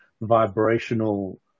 vibrational